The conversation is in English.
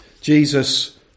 Jesus